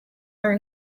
are